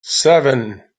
seven